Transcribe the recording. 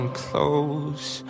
close